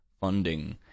Funding